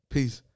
Peace